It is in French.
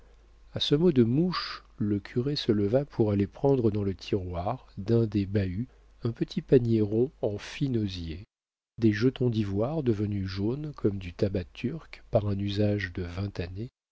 a ce mot de mouche le curé se leva pour aller prendre dans le tiroir d'un des bahuts un petit panier rond en fin osier des jetons d'ivoire devenus jaunes comme du tabac turc par un usage de vingt années